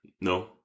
No